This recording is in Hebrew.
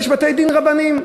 יש בתי-דין רבניים.